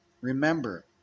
Remember